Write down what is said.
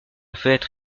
fenêtre